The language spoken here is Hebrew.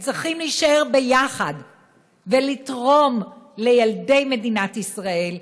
הם צריכים להישאר ביחד ולתרום לילדי מדינת ישראל,